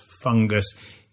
fungus